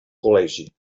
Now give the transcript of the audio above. col·legi